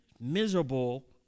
miserable